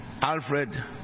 Alfred